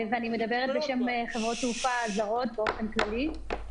ואני מדברת בשם חברות תעופה זרות באופן כללי.